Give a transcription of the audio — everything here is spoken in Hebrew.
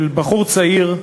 של בחור צעיר,